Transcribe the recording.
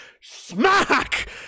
smack